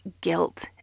guilt